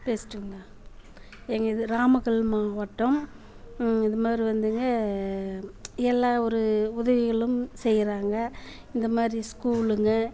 பேசுட்டுங்களா எங்கள் இது நாமக்கல் மாவட்டம் இது மாதிரி வந்துங்க எல்லா ஒரு உதவிகளும் செய்கிறாங்க இந்த மாதிரி ஸ்கூலுங்க